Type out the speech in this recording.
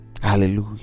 Hallelujah